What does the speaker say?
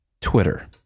twitter